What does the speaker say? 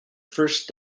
first